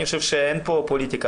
אני חושב שאין פה פוליטיקה,